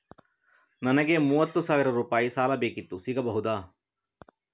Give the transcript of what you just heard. ನನಗೆ ಮೂವತ್ತು ಸಾವಿರ ರೂಪಾಯಿ ಸಾಲ ಬೇಕಿತ್ತು ಸಿಗಬಹುದಾ?